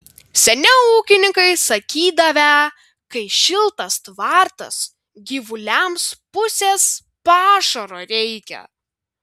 seniau ūkininkai sakydavę kai šiltas tvartas gyvuliams pusės pašaro reikia